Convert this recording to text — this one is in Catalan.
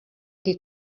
qui